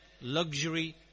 luxury